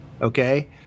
Okay